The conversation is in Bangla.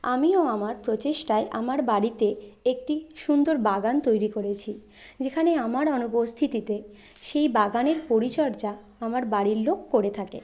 আমিও আমার প্রচেষ্টায় আমার বাড়িতে একটি সুন্দর বাগান তৈরি করেছি যেখানে আমার অনুপস্থিতিতে সেই বাগানের পরিচর্যা আমার বাড়ির লোক করে থাকে